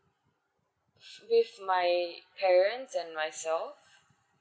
with my parents and myself